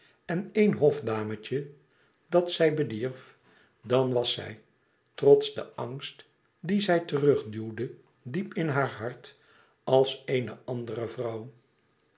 en éen hofdametje dat zij bedierf dan was zij trots den angst dien zij terugduwde diep in haar hart als eene andere vrouw